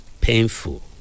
painful